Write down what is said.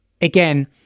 again